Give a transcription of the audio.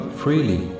freely